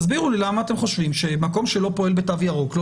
תסבירו לי למה אתם חושבים שמקום שלא פועל בתו ירוק לא